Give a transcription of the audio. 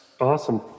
Awesome